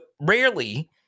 rarely